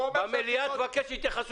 משפטון, בבקשה.